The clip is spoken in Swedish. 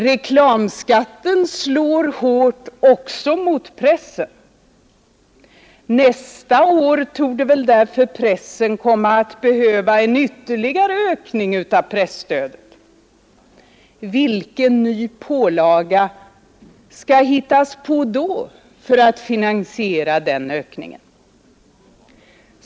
Reklamskatten slår hårt också mot pressen. Nästa år torde därför pressen komma att behöva en ytterligare ökning av presstödet. Vilken ny pålaga skall hittas på då för att finansiera den ökningen?